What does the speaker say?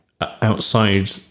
outside